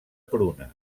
pruna